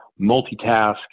multitask